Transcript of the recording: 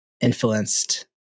influenced